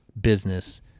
business